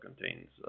contains